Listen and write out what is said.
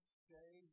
stay